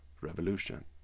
revolution